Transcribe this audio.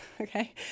Okay